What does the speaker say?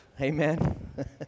Amen